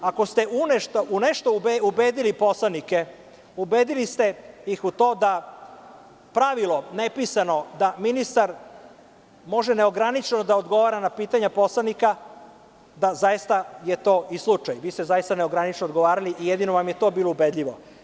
Ako ste u nešto ubedili poslanike, ubedili ste ih u to da nepisano pravilo da ministar može neograničeno da odgovara na pitanja poslanika, da, zaista je to i slučaj, vi ste zaista neograničeno odgovarali i jedino vam je to bilo ubedljivo.